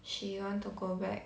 she want to go back